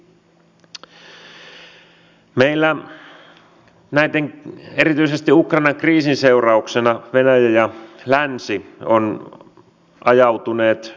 ensinnäkin täytyy sanoa että tämä hallitus katsoo että yrittäjyys on avainasemassa